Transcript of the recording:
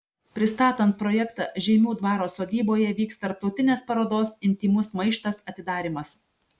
pristatant projektą žeimių dvaro sodyboje vyks tarptautinės parodos intymus maištas atidarymas